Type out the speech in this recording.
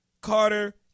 Carter